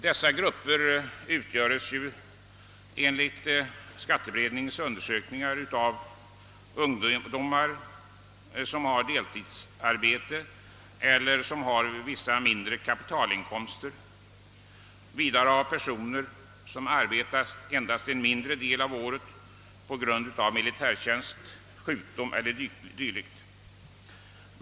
Dessa grupper utgöres enligt skatteberedningens undersökningar av ungdomar som har deltidsarbete eller som har vissa mindre kapitalinkomster, vidare av personer som på grund av militärtjänst, sjukdom e. d. arbetar endast en mindre del av året.